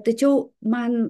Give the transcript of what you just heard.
tačiau man